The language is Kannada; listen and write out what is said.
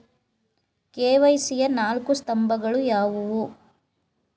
ಕೆ.ವೈ.ಸಿ ಯ ನಾಲ್ಕು ಸ್ತಂಭಗಳು ಯಾವುವು?